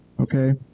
okay